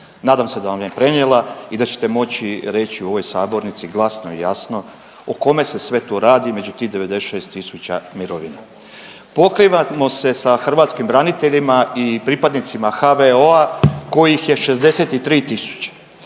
nadam se da vam je prenijela i da ćete moći reći u ovoj sabornici glasno i jasno o kome se sve to radi među tih 96 tisuća mirovina. Pokrivamo se sa hrvatskim braniteljima i pripadnicima HVO kojih je 63